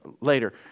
later